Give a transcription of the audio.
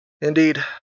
Indeed